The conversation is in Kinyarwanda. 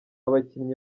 bakinnyi